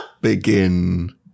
begin